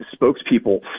spokespeople